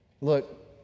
Look